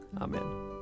Amen